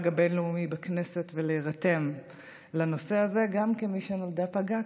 הבין-לאומי בכנסת ולהירתם לנושא הזה גם כמי שנולדה פגה,